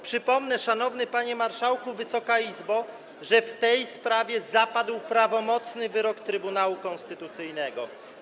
Przypomnę, szanowny panie marszałku, Wysoka Izbo, że w tej sprawie zapadł prawomocny wyrok Trybunału Konstytucyjnego.